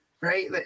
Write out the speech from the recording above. Right